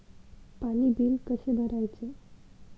पाणी बिल कसे भरायचे?